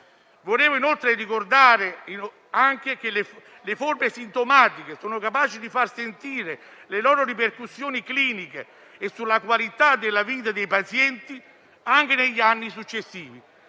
Vorrei inoltre ricordare che le forme sintomatiche sono capaci di far sentire le loro ripercussioni cliniche sulla qualità della vita dei pazienti anche negli anni successivi